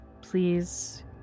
Please